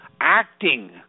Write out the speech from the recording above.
acting